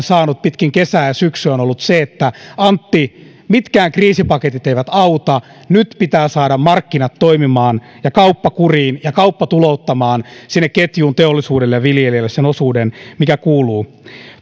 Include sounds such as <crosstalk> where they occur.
<unintelligible> saanut pitkin kesää ja syksyä on ollut antti mitkään kriisipaketit eivät auta nyt pitää saada markkinat toimimaan ja kauppa kuriin ja kauppa tulouttamaan sinne ketjuun teollisuudelle ja viljelijöille se osuus mikä kuuluu